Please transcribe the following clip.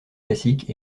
classiques